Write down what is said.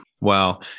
Wow